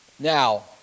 Now